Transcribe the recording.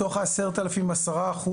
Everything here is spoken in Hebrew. מתוך 10,000 הבקשות,